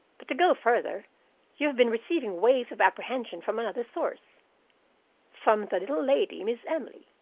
but to go further you have been receiving waves of apprehension from another source from the little lady, miss emily.